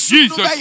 Jesus